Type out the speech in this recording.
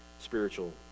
spiritual